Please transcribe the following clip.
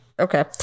okay